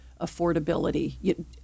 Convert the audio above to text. affordability